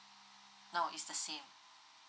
no is the same